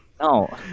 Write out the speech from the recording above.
No